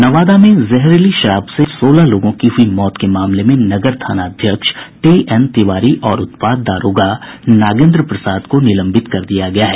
नवादा में जहरीली शराब से सोलह लोगों की हुई मौत के मामले में नगर थाना अध्यक्ष टीएन तिवारी और उत्पाद दारोगा नागेन्द्र प्रसाद को निलंबित कर दिया है